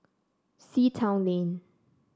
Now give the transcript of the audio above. Sea Town Lane